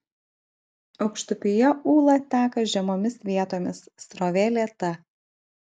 aukštupyje ūla teka žemomis vietomis srovė lėta